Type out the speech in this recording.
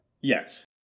Yes